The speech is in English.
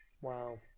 Wow